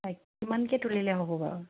ত কিমানকে তুলিলে হ'ব বাৰু